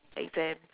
exams